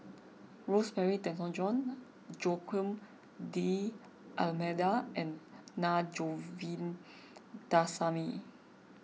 Rosemary Tessensohn Joaquim D'Almeida and Na Govindasamy